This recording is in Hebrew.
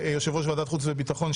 יושב-ראש ועדת החוץ והביטחון,